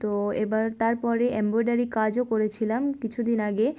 তো এবার তারপরে এম্ব্রয়েডারি কাজও করেছিলাম কিছু দিন আগে